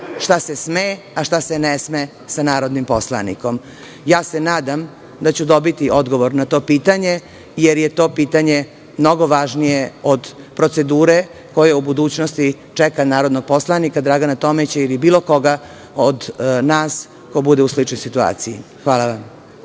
šta se sme, a šta se ne sme sa narodnim poslanikom? Nadam se da ću dobiti odgovor na to pitanje, jer je to pitanje mnogo važnije od procedure koja u budućnosti čeka narodnog poslanika Dragana Tomića ili bilo koga od nas ko bude u sličnoj situaciji. Hvala.